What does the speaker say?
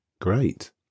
great